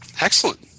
Excellent